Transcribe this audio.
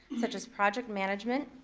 such as project management,